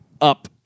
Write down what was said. up